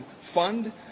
fund